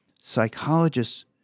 psychologists